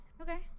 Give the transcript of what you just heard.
Okay